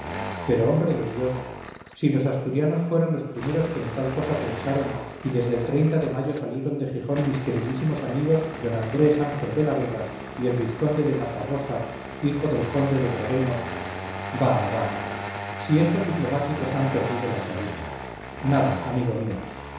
pero hombre de dios si los asturianos fueron los primeros que en tal cosa pensaron y desde el de mayo salieron de gijón mis queridísimos amigos d andrés ángel de la vega y el vizconde de matarrosa hijo del conde de toreno bah bah si estos diplomáticos han perdido la chaveta nada amigo mío